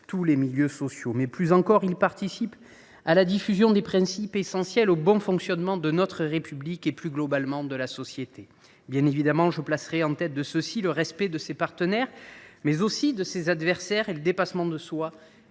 tous les milieux sociaux. Plus encore, il participe à la diffusion des principes essentiels au bon fonctionnement de la République, et plus globalement de la société. Bien évidemment, je placerai en tête de ces principes le respect des partenaires et des adversaires, ainsi que le dépassement de soi